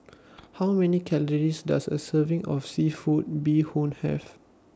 How Many Calories Does A Serving of Seafood Bee Hoon Have